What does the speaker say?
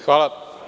Hvala.